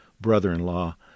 brother-in-law